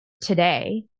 Today